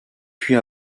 puis